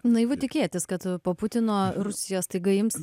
naivu tikėtis kad po putino rusija staiga ims